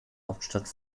hauptstadt